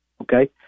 okay